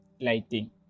lighting